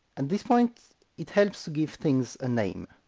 and this point it helps to give things a name.